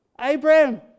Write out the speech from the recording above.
Abraham